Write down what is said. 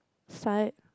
side